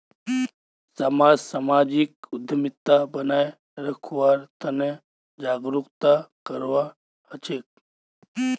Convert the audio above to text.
समाजक सामाजिक उद्यमिता बनाए रखवार तने जागरूकता करवा हछेक